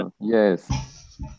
Yes